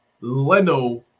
Leno –